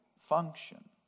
function